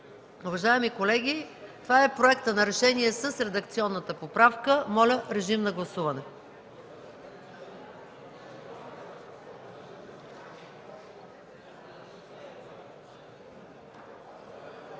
Уважаеми колеги, това е проекта на решение с редакционната поправка. Моля, гласувайте.